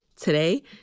Today